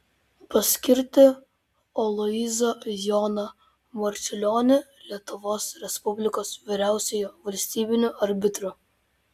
paskirti aloyzą joną marčiulionį lietuvos respublikos vyriausiuoju valstybiniu arbitru